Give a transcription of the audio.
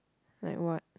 like what